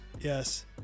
Yes